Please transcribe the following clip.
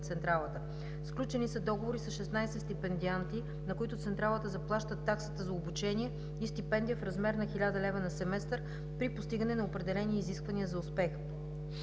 Централата. Сключени са договори с 16 стипендианти, на които Централата заплаща таксата за обучение и стипендия в размер на 1000 лв. на семестър при постигане на определени изисквания за успех.